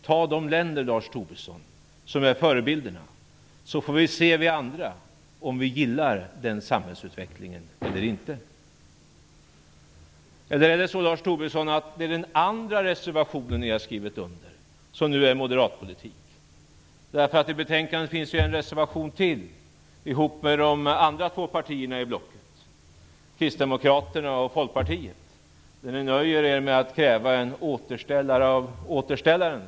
Ta upp de länder som är era förebilder så får vi andra se om vi gillar den samhällsutvecklingen eller inte! Eller är det den andra reservation som ni har skrivit under, Lars Tobisson, som nu är moderatpolitik? Till betänkandet finns ju en reservation till som ni har avgett tillsammans med de andra två partierna i blocket, kristdemokraterna och Folkpartiet, där ni nöjer er med att kräva så att säga en återställare av återställaren.